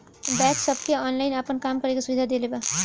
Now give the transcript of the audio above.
bank सबके online आपन काम करे के सुविधा देले बा